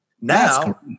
Now